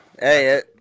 Hey